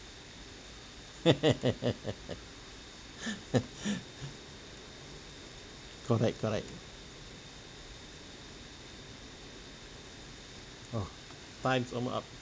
correct correct oh time's almost up